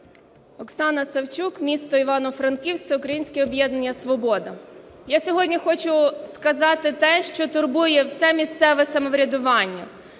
Оксана Савчук, місто Івано-Франківськ, Всеукраїнське об'єднання "Свобода". Я сьогодні хочу сказати те, що турбує все місцеве самоврядування.